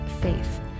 faith